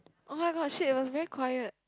oh-my-god she was very quiet